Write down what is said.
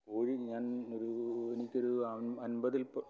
കോഴി ഞാന് ഒരു എനിക്കൊരു അന്പതില്